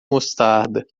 mostarda